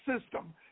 system